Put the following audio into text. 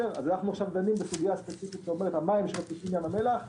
אנחנו עכשיו דנים בסוגיה ספציפית שאומרת: המים שמפיקים ים המלח-